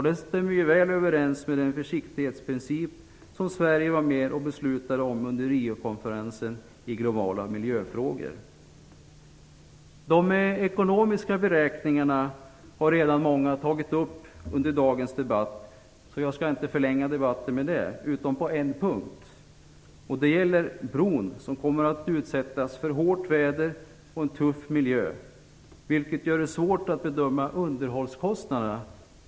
Det stämmer väl överens med den försiktighetsprincip som Sverige var med och beslutade om under Riokonferensen i globala miljöfrågor. De ekonomiska beräkningarna har många redan tagit upp under dagens debatt. Jag skall inte förlänga debatten med att ta upp dem, utom på en punkt. Det gäller att bron kommer att utsättas för hårt väder och en tuff miljö. Det gör det svårt att bedöma underhållskostnaderna.